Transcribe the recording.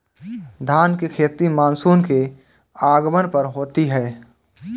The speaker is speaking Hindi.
धान की खेती मानसून के आगमन पर होती है